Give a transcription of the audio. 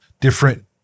different